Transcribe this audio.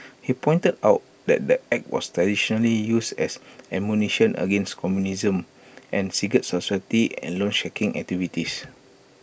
he pointed out that the act was traditionally used as ammunition against communism and secret society and loansharking activities